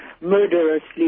murderously